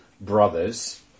brothers